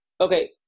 Okay